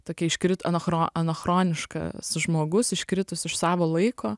tokia iškrit anacho anachroniškas žmogus iškritus iš savo laiko